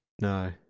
No